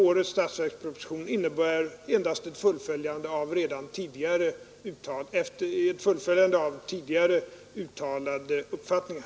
Årets statsverksproposition innebär endast ett fullföljande av tidigare uttalade uppfattningar.